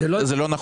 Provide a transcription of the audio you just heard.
זה לא נכון.